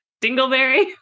Dingleberry